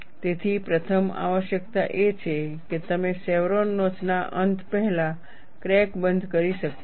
તેથી પ્રથમ આવશ્યકતા એ છે કે તમે શેવરોન નોચ ના અંત પહેલા ક્રેક બંધ કરી શકતા નથી